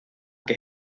que